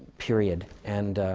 period. and